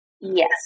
Yes